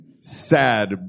sad